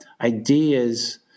ideas